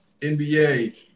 NBA